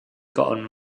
gotten